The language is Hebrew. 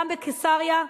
גם בקיסריה,